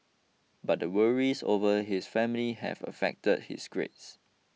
but the worries over his family have affected his grades